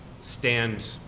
stand